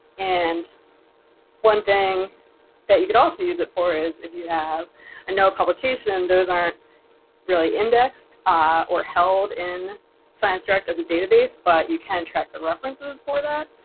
and one thing that you could also use it for is if you have a no publication those aren't really indexed or held in sciencedirect as a database, but you can track the references for that.